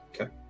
Okay